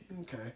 Okay